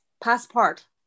passport